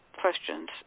questions